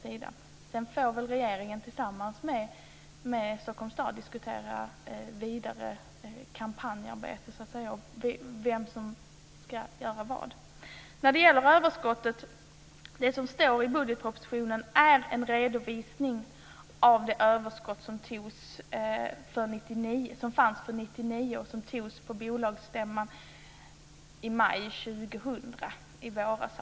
Sedan får väl regeringen tillsammans med Stockholms stad diskutera vidare kampanjarbete och vem som ska göra vad. Det som står i budgetpropositionen om överskottet är en redovisning av 1999 års överskott och som beslutades på bolagsstämman i maj 2000, alltså i våras.